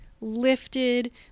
lifted